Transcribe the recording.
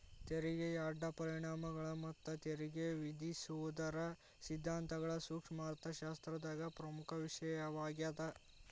ತೆರಿಗೆಯ ಅಡ್ಡ ಪರಿಣಾಮಗಳ ಮತ್ತ ತೆರಿಗೆ ವಿಧಿಸೋದರ ಸಿದ್ಧಾಂತಗಳ ಸೂಕ್ಷ್ಮ ಅರ್ಥಶಾಸ್ತ್ರದಾಗ ಪ್ರಮುಖ ವಿಷಯವಾಗ್ಯಾದ